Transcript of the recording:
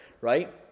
right